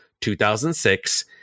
2006